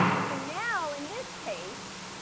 so now, in this case,